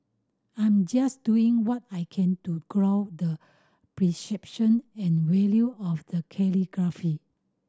I'm just doing what I can to grow the perception and value of the calligraphy